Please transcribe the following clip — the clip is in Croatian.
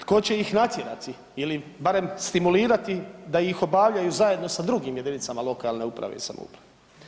Tko će ih natjerati ili barem stimulirati da ih obavljaju zajedno sa drugim jedinicama lokalne uprave i samouprave?